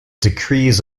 decrees